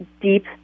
deep